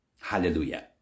hallelujah